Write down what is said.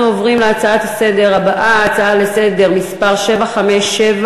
אנחנו עוברים להצעה לסדר-היום מס' 757,